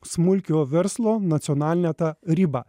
smulkiojo verslo nacionalinę tą ribą